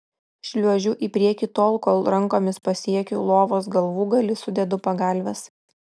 šliuožiu į priekį tol kol rankomis pasiekiu lovos galvūgalį sudedu pagalves